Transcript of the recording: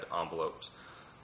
envelopes